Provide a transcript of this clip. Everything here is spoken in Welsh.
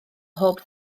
mhob